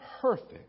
perfect